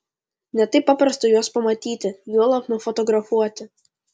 ne taip paprasta juos pamatyti juolab nufotografuoti